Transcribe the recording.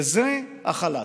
וזה החל"ת.